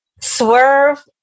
Swerve